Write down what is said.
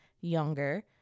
younger